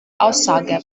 aussage